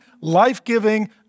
life-giving